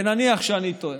ונניח שאני טועה,